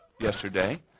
yesterday